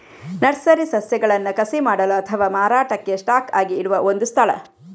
nursery ಸಸ್ಯಗಳನ್ನ ಕಸಿ ಮಾಡಲು ಅಥವಾ ಮಾರಾಟಕ್ಕೆ ಸ್ಟಾಕ್ ಆಗಿ ಇಡುವ ಒಂದು ಸ್ಥಳ